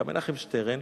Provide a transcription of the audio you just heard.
אלא מנחם שטרן: